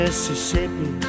Mississippi